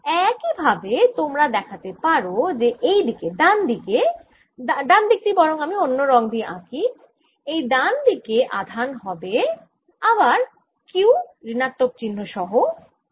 একই ভাবে তোমরা দেখাতে পারো যে এই দিকে ডান দিকে ডান দিক টি বরং আমি অন্য রঙ দিয়ে আঁকি এই ডান দিকে আধান হবে আবার Q ঋণাত্মক চিহ্ন সহ গুণ x 0 বাই d